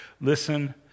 listen